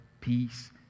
peace